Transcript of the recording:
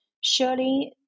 surely